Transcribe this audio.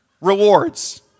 rewards